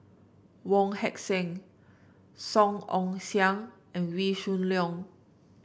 Wong Heck Sing Song Ong Siang and Wee Shoo Leong